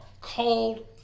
cold